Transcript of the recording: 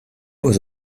was